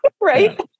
right